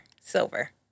Silver